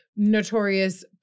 notorious